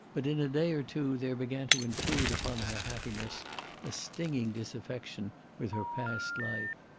but in a day or two there began to intrude upon her happiness a stinging dissatisfaction with her past life.